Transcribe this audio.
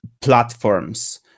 platforms